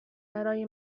برای